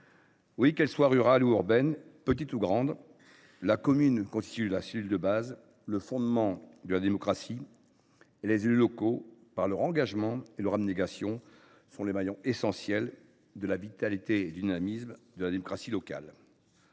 » Qu’elle soit rurale ou urbaine, petite ou grande, la commune constitue la cellule de base, le fondement de la démocratie, et les élus municipaux, par leur engagement et leur abnégation, sont les maillons essentiels de la vitalité et du dynamisme de la démocratie locale.